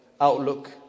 outlook